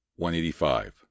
185